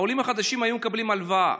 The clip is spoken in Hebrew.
העולים החדשים היו מקבלים הלוואה,